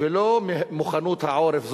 ולא ממוכנות העורף,